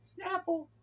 Snapple